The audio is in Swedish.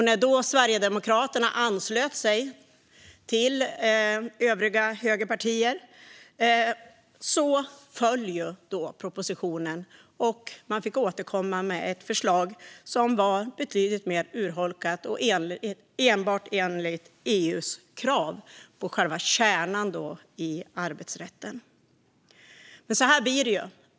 När Sverigedemokraterna anslöt sig till övriga högerpartier föll propositionen, och man fick återkomma med ett förslag som var betydligt mycket mer urholkat och enbart enligt EU:s krav på själva kärnan i arbetsrätten. Så här blir det.